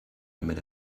damit